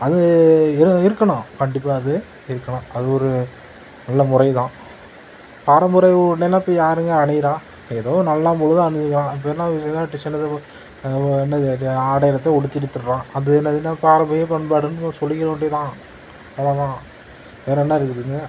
அது இர் இருக்கணும் கண்டிப்பாக அது இருக்கணும் அது ஒரு நல்ல முறைதான் பாரம்பரிய உடைனால் இப்போ யாருங்க அணிகிறா எதோ நல்ல எதுவும் டிசைன் எதுவும் என்னது ஆடையத்தான் உடுத்திகிட்டு திரிகிறோம் அந்த இது என்னது பாரம்பரியம் பண்பாடுன்னு சொல்லிக்கிட வேண்டியதுதான் அவ்வளோதான் வேறே என்ன இருக்குதுங்க